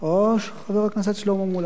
או חבר הכנסת שלמה מולה.